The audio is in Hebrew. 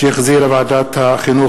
שהחזירה ועדת החינוך,